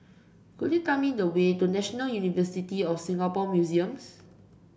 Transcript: could you tell me the way to National University of Singapore Museums